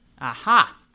Aha